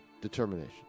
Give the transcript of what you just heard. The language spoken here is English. determination